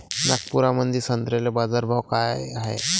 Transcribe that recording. नागपुरामंदी संत्र्याले बाजारभाव काय हाय?